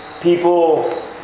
people